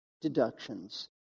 deductions